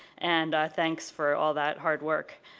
and thanks for all that hard work.